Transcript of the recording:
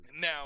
Now